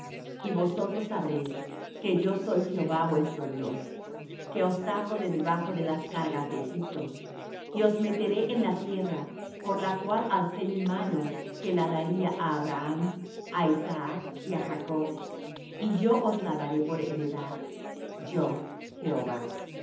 y vosotros sabréis que yo soy jehová vuestro dios que os saco de debajo de las cargas de egipto y os meteré en la tierra por la cual alcé mi mano que la daría á abraham á isaac y á jacob y yo os la daré por heredad yo jehova